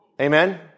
Amen